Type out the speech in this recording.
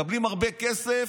מקבלים הרבה כסף,